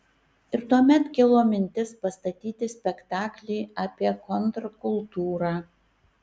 ir tuomet kilo mintis pastatyti spektaklį apie kontrkultūrą